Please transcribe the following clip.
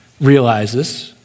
realizes